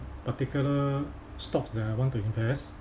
particular stocks that I want to invest